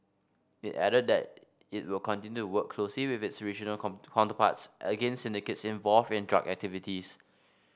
it added that it will continue work closely with its regional come counterparts against syndicates involved in drug activities